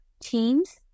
teams